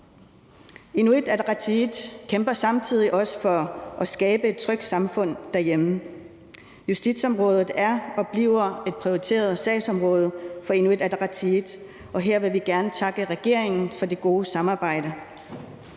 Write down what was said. Inuit Ataqatigiit kæmper samtidig også for at skabe et trygt samfund derhjemme. Justitsområdet er og bliver et prioriteret sagsområde for Inuit Ataqatigiit, og her vil vi gerne takke regeringen for det gode samarbejde.